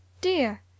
dear